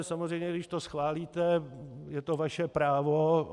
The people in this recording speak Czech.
Samozřejmě když to schválíte, je to vaše právo.